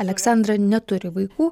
aleksandra neturi vaikų